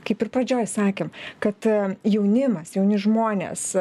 kaip ir pradžioj sakėm kad jaunimas jauni žmonės